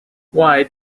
why